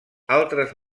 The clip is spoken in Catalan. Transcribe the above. altres